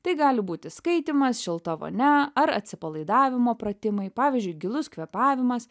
tai gali būti skaitymas šilta vonia ar atsipalaidavimo pratimai pavyzdžiui gilus kvėpavimas